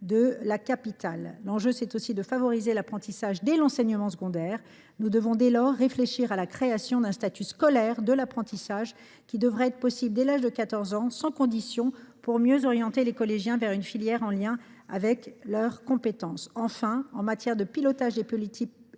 de la capitale. L’enjeu est également de favoriser l’apprentissage dès l’enseignement secondaire. Nous devons réfléchir à la création d’un statut scolaire de l’apprentissage. Ce dernier devrait être possible dès l’âge de 14 ans, sans condition, pour mieux orienter les collégiens vers une filière en lien avec leurs compétences. Enfin, en matière de pilotage des politiques liées